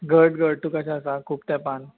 घट घट तूं कशें आसा खूब तेंपान